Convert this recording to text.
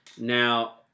now